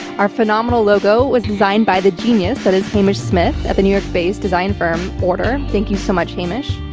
our phenomenal logo was designed by the genius that is hamish smith of the new york-based design firm order. thank you so much, hamish.